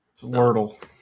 Wordle